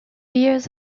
years